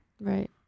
Right